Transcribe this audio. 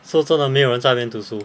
so 真的没有人在那边读书